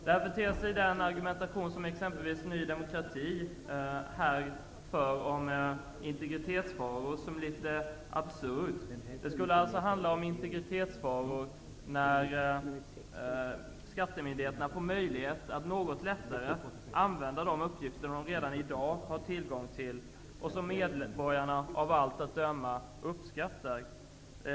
Därför ter sig den argumentation som exempelvis Ny demokrati här för om integritetsfaror som litet absurd. Det skulle alltså vara en fara för integriteten när skattemyndigheterna får möjlighet att något lättare använda de uppgifter de redan i dag har tillgång till, något som medborgarna av allt att döma uppskattar.